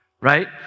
right